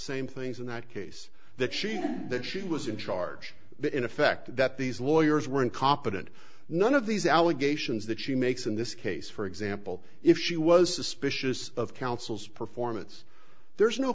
same things in that case that she that she was in charge in effect that these lawyers were incompetent none of these allegations that she makes in this case for example if she was suspicious of counsel's performance there's no